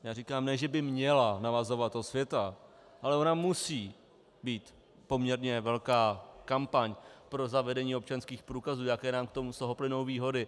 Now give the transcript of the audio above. Já říkám, ne že by měla navazovat osvěta, ale ona musí být poměrně velká kampaň pro zavedení občanských průkazů, jaké nám z toho plynou výhody.